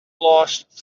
lost